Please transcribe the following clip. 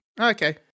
Okay